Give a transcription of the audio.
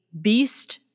beast